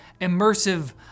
immersive